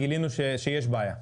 גילינו שיש בעיה.